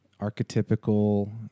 archetypical